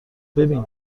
ببین